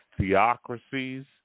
theocracies